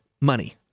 money